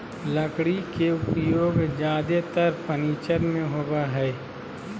लकड़ी के उपयोग ज्यादेतर फर्नीचर में होबो हइ